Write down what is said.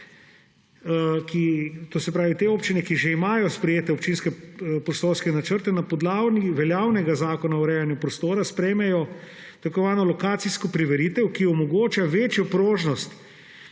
možnost. Te občine, ki že imajo sprejete občinske prostorske načrte na podlagi veljavnega Zakona o urejanju prostora, lahko sprejmejo tako imenovano lokacijsko preveritev, ki omogoča večjo prožnost